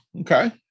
okay